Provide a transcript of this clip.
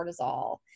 cortisol